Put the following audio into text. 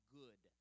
good